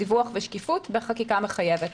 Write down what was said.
דיווח ושקיפות בחקיקה מחייבת,